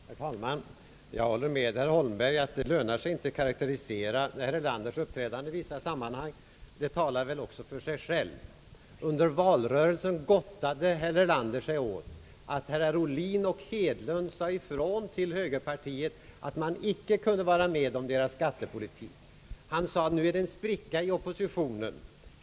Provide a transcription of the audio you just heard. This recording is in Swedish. Herr talman! Jag håller med herr Holmberg om att det inte lönar sig att karakterisera herr Erlanders uppträdande i vissa sammanhang — det talar väl för sig självt. Under valrörelsen »gottade» sig herr Erlander åt att herr Ohlin och herr Hedlund sade ifrån till högerpartiet att de inte kunde vara med om högerns skattepolitik. Herr Erlander sade då att det var en spricka i oppositionen.